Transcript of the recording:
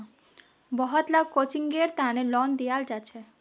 बहुत ला कोचिंगेर तने लोन दियाल जाछेक